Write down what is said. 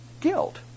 guilt